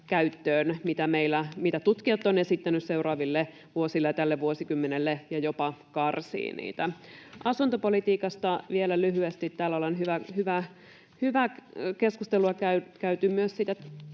meillä tutkijat ovat esittäneet seuraaville vuosille ja tälle vuosikymmenelle, ja jopa karsii niitä. Asuntopolitiikasta vielä lyhyesti. Täällä ollaan käyty hyvää keskustelua myös siitä